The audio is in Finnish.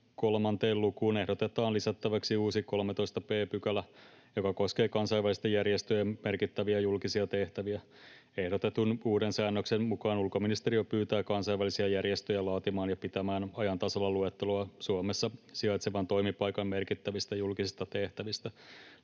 3 lukuun ehdotetaan lisättäväksi uusi 13 b §, joka koskee kansainvälisten järjestöjen merkittäviä julkisia tehtäviä. Ehdotetun uuden säännöksen mukaan ulkoministeriö pyytää kansainvälisiä järjestöjä laatimaan ja pitämään ajan tasalla luetteloa Suomessa sijaitsevan toimipaikan merkittävistä julkisista tehtävistä.